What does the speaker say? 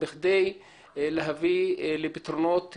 בכדי להביא לפתרונות מהירים.